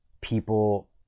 people